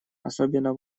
особенно